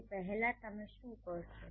તેથી પહેલા તમે શુ કરશો